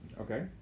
Okay